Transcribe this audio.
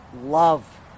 love